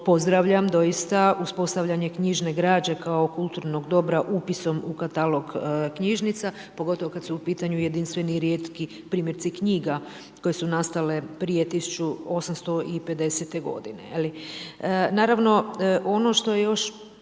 pozdravljam doista, uspostavljanje knjižne građe kao kulturnog dobra upisom u katalog knjižnica, pogotovo kad su u pitanju jedinstveni i rijetki primjerci knjiga koje su nastale prije 1850. godine. Naravno ono što je još,